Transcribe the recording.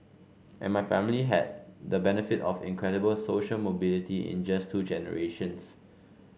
and my family had the benefit of incredible social mobility in just two generations